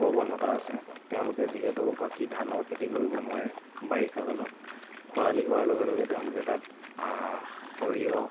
প্ৰৱণতা আছে তেওঁলোকে যিহেতু বাকী ধানৰ খেতি কৰিব নোৱাৰে বাৰিষা কালত খৰালি হোৱাৰ লগে লগে তেওঁলোকে তাত সৰিয়হ